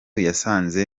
yasanze